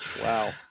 Wow